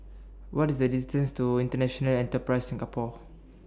What IS The distance to International Enterprise Singapore